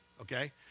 okay